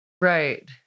right